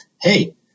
hey